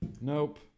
Nope